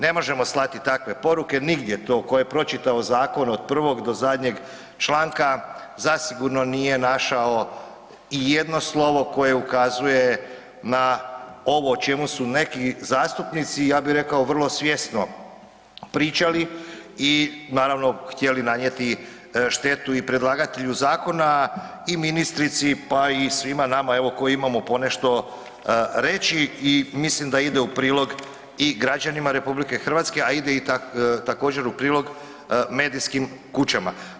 Ne možemo slati takve poruke, nigdje to, tko je pročitao zakon od prvog do zadnjeg članka, zasigurno nije našao i jedno slovo koje ukazuje na ovo o čemu su neki zastupnici, i ja bi rekao vrlo svjesno pričali i naravno, htjeli nanijeti štetu i predlagatelju zakona i ministrici, pa i svima nama koji imamo ponešto reći i mislim da ide u prilog i građanima RH, a ide i također, u prilog medijskim kućama.